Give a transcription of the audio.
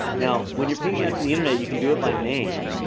now when you're pinging out to the internet you can do it by name,